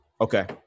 Okay